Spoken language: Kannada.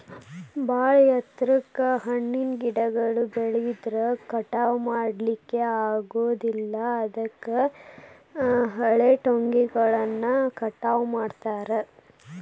ಬಾಳ ಎತ್ತರಕ್ಕ್ ಹಣ್ಣಿನ ಗಿಡಗಳು ಬೆಳದ್ರ ಕಟಾವಾ ಮಾಡ್ಲಿಕ್ಕೆ ಆಗೋದಿಲ್ಲ ಅದಕ್ಕ ಹಳೆಟೊಂಗಿಗಳನ್ನ ಕಟಾವ್ ಮಾಡ್ತಾರ